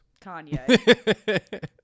Kanye